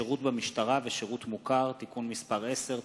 (שירות במשטרה ושירות מוכר) (תיקון מס' 10),